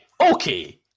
okay